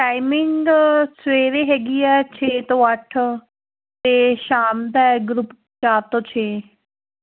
timing ਸਵੇਰੇ ਹੈਗੀ ਆ ਛੇ ਤੋਂ ਅੱਠ ਅਤੇ ਸ਼ਾਮ ਦਾ ਹੈ ਗਰੁੱਪ ਚਾਰ ਤੋਂ ਛੇ